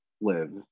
live